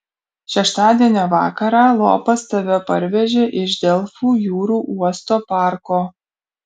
šeštadienio vakarą lopas tave parvežė iš delfų jūrų uosto parko